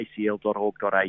acl.org.au